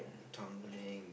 Tanglin